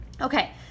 Okay